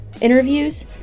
interviews